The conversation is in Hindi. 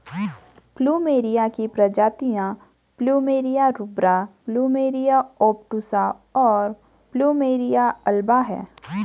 प्लूमेरिया की प्रजातियाँ प्लुमेरिया रूब्रा, प्लुमेरिया ओबटुसा, और प्लुमेरिया अल्बा हैं